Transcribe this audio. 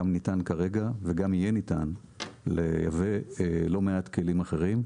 גם ניתן כרגע וגם יהיה ניתן לייבא לא מעט כלים אחרים.